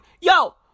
yo